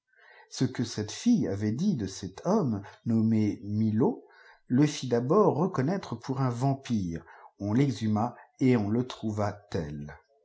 ce que cette fille avait dit dé cet homme nomoié mîtte le sa d'abord reeonnatlre pour m valftire cm l'exlmmcna et on le trouva tel